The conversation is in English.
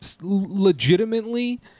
legitimately